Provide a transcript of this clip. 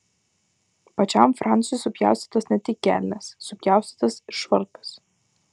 pačiam francui supjaustytos ne tik kelnės supjaustytas ir švarkas